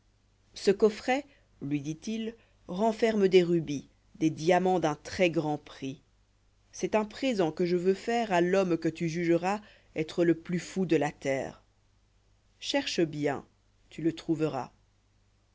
ce coffret lui dit-il renferme des rubis des diamants d'un très grand prix c'est un présent que je veux faire a l'homme que tu jugeras être le plus fou de la terre cherche bien tu le trouveras